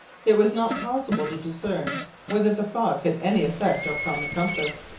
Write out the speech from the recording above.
it was not possible to discern whether the fog had any effect upon the compass.